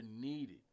needed